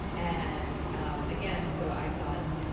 and again, so i thought,